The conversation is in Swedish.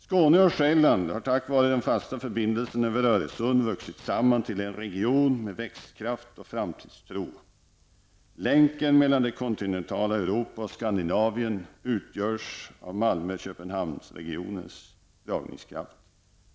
Skåne och Själland har tack vare den fasta förbindelsen över Öresund vuxit samman till en region med växtkraft och framtidstro. Länken mellan det kontinentala Europa och Skandinavien utgörs av Malmö-Köpenhamnsregionens dragningskraft.